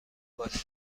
باتری